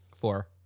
Four